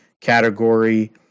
category